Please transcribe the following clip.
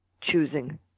choosing